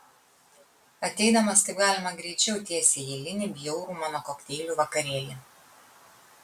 ateidamas kaip galima greičiau tiesiai į eilinį bjaurų mano kokteilių vakarėlį